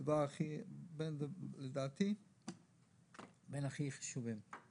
לדעתי זה אחד הדברים הכי חשובים.